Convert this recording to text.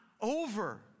over